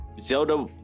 Zelda